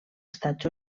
estats